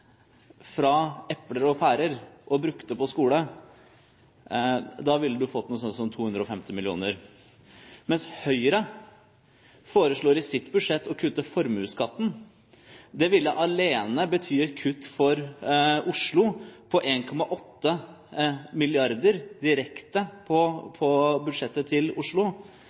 fra epler og pærer og brukte dem på skole, da ville man fått noe sånt som 250 mill. kr. Men Høyre foreslår i sitt budsjett å kutte formuesskatten. Det ville alene bety et kutt på 1,8 mrd. kr direkte på budsjettet til Oslo.